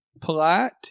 polite